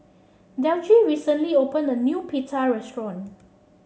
delcie recently opened a new Pita restaurant